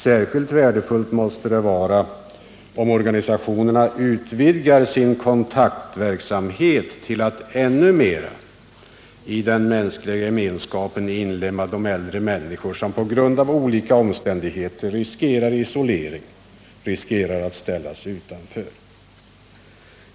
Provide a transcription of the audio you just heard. Särskilt betydelsefullt måste det vara om organisationerna utvidgar sin kontaktverksamhet till att i den mänskliga gemenskapen inlemma än fler av de äldre människor som på grund av olika omständigheter riskerar isolering och att ställas utanför.